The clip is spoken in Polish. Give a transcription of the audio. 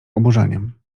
oburzeniem